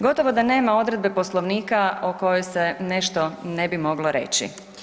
Gotovo da nema odredbe Poslovnika o kojoj se nešto ne bi moglo reći.